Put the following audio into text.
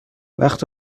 وقت